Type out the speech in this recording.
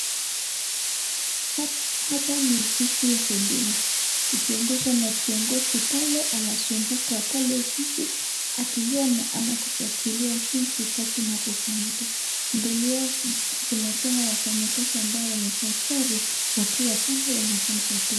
Hapa ni ofisi ya huduma ikiongozwa na kiongozi pale anasunguka pale ofisi akiona ama kufuatilia jinsi kazi inavyofanyika. Mbele yao kuna tena wafanyi kazi ambao wamevaa sare wakiwa pale wanafunzwa pia.